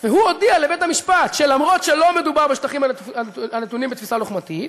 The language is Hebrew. והוא הודיע לבית-המשפט שאף שלא מדובר בשטחים הנתונים בתפיסה לוחמתית,